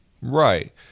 Right